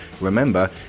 remember